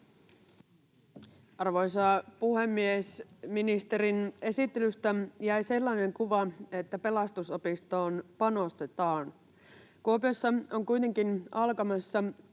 Arvoisa puhemies! Ministerin esittelystä jäi sellainen kuva, että Pelastusopistoon panostetaan. Kuopiossa on kuitenkin alkamassa